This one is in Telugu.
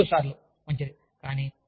లేదా బహుశా మూడుసార్లు మంచిది